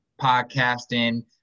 podcasting